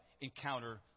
encounter